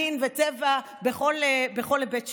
מין וצבע בכל היבט שהוא.